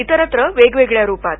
इतस्त्र वेगवेगळ्या रुपात